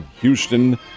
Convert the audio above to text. Houston